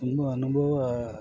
ತುಂಬ ಅನುಭವ